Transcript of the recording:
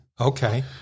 Okay